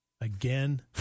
Again